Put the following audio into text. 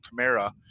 Kamara